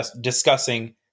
discussing